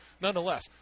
nonetheless